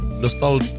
dostal